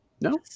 No